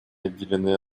отделены